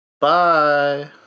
Bye